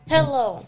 Hello